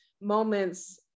moments